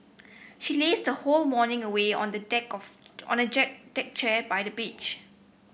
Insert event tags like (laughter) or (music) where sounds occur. she lazed her whole morning away on the deck of on the (unintelligible) deck chair by the beach